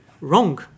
wrong